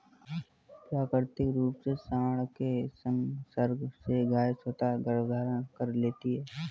प्राकृतिक रूप से साँड के संसर्ग से गायें स्वतः गर्भधारण कर लेती हैं